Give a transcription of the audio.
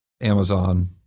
Amazon